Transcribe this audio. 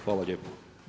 Hvala lijepo.